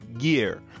year